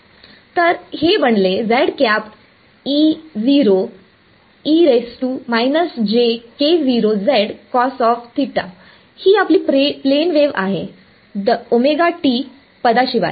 तर हे बनले ही आपली प्लेन वेव आहे पदा शिवाय